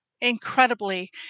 incredibly